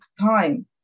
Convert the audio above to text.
time